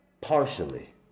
partially